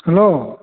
hello